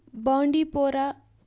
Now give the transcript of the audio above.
بانڈی پورہ